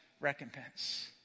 recompense